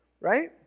Right